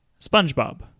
SpongeBob